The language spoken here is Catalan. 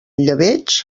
llebeig